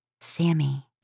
Sammy